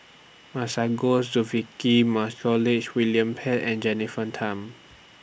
Masagos Zulkifli Montague William Pett and Jennifer Tham